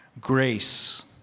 grace